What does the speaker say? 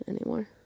anymore